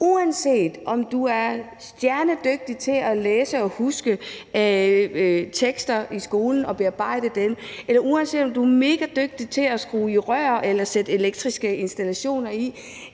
Uanset om du er stjernedygtig til at læse og huske tekster i skolen og bearbejde dem; uanset om du er megadygtig til at skrue rør sammen eller arbejde med elektriske installationer;